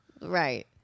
Right